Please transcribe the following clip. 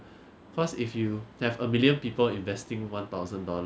err I think he had to pay but after a while he just figured out oh